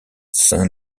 saint